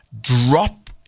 drop